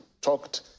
talked